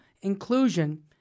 inclusion